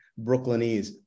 Brooklynese